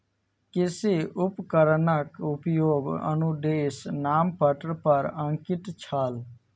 कृषि उपकरणक उपयोगक अनुदेश नामपत्र पर अंकित छल